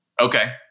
Okay